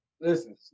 Listen